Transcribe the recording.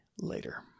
later